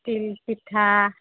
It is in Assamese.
তিল পিঠা